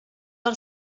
del